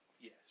Yes